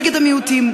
נגד המיעוטים,